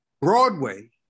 Broadway